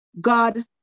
God